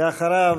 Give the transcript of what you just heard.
אחריו,